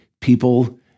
people